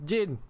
Jin